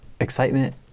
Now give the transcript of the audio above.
excitement